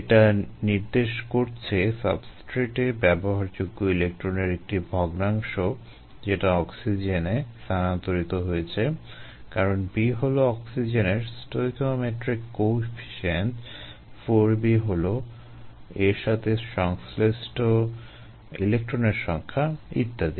এটা নির্দেশ করছে সাবস্ট্রেটে ব্যবহারযোগ্য ইলেক্ট্রনের একটি ভগ্নাংশ যেটা অক্সিজেনে স্থানান্তরিত হয়েছে কারণ b হলো অক্সিজেনের স্টয়কিওমেট্রিক কোয়েফিসিয়েন্ট 4b হলো এর সাথে সংশ্লিষ্ট ইলেক্ট্রনের সংখ্যা ইত্যাদি